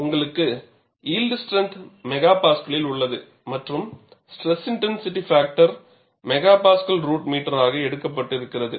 உங்களுக்கு yield strength MPa இல் உள்ளது மற்றும் ஸ்ட்ரெஸ் இன்டென்சிட்டி பாக்டரை MPa √m ஆக எடுக்கபட்டு இருக்கிறது